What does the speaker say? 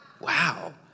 wow